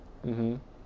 mmhmm